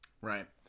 right